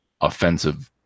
offensive